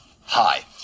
Hi